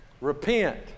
Repent